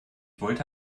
wollte